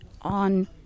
on